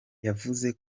yavuze